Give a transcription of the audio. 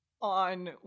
on